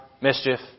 mischief